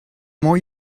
more